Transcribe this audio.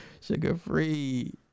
Sugar-free